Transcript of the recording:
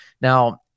Now